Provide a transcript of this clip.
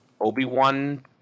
Obi-Wan